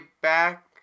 back